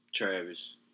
Travis